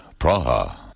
Praha